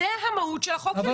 זאת המהות של החוק שלי.